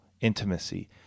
intimacy